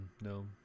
No